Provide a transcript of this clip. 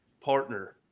partner